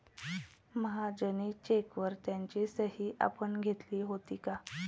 महाजनी चेकवर त्याची सही आपण घेतली होती का?